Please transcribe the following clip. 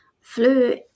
flu